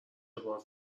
باهات